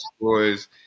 Boys